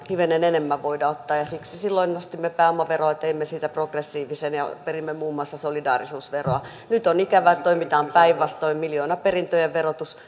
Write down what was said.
hivenen enemmän voida ottaa ja siksi silloin nostimme pääomaveroa ja teimme siitä progressiivisen ja perimme muun muassa solidaarisuusveroa nyt on ikävää että toimitaan päinvastoin miljoonaperintöjen verotus